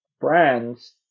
brands